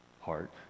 heart